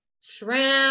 shrimp